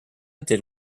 did